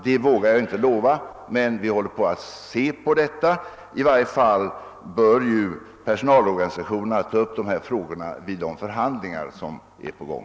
Jag vågar inte lova något om detta, men jag vill understryka att vi håller på att studera frågan. Under alla förhållanden bör personalorganisationerna ta upp dessa frågor vid de förhandlingar som pågår.